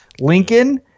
Lincoln